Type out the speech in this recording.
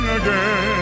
again